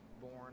born